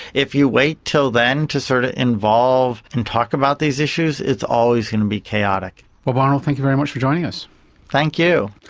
if you wait until then to sort of involve and talk about these issues, it's always going to be chaotic. bob arnold, thank you very much for joining thank you.